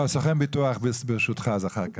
לא, סוכן ביטוח ברשותך אחר כך.